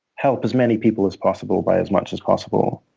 help as many people as possible by as much as possible.